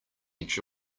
edge